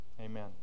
Amen